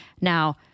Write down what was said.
now